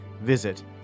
Visit